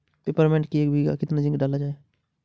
Peppermint की एक बीघा कितना जिंक डाला जाए?